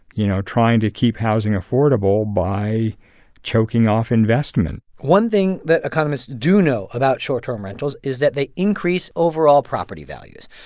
you know, trying to keep housing affordable by choking off investment one thing that economists do know about short-term rentals is that they increase overall property values.